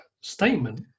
statement